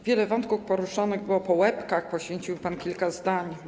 Wiele wątków poruszonych było po łebkach, poświęcił im pan kilka zdań.